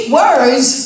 words